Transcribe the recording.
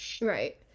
right